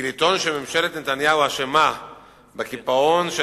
כי לטעון שממשלת נתניהו אשמה בקיפאון של